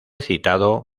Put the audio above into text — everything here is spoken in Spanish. citado